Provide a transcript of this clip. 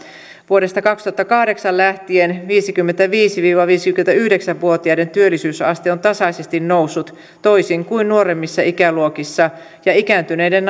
vuodesta kaksituhattakahdeksan lähtien viisikymmentäviisi viiva viisikymmentäyhdeksän vuotiaiden työllisyysaste on tasaisesti noussut toisin kuin nuoremmissa ikäluokissa ja ikääntyneiden